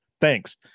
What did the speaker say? thanks